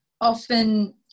often